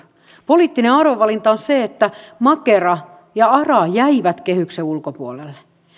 poliittinen arvovalinta on se että makera ja ara jäivät kehyksen